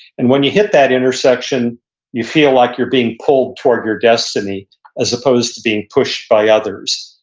and when you hit that intersection you feel like you're being pulled toward your destiny as opposed to being pushed by others.